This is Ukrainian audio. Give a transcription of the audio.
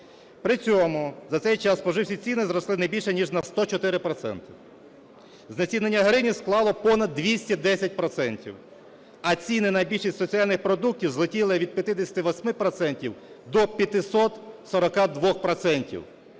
При цьому за цей час споживчі ціни зросли не більше, ніж на 104 проценти. Знецінення гривні склало понад 210 процентів, а ціни на більшість соціальних продуктів злетіли від 58 процентів